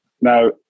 Now